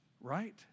right